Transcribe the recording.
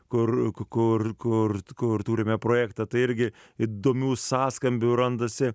kur kur kur kur turime projektą tai irgi įdomių sąskambių randasi